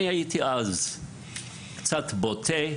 אני הייתי אז קצת בוטה.